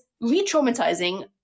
re-traumatizing